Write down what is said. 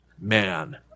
man